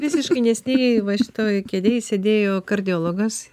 visiškai neseniai va šitoj kėdėj sėdėjo kardiologas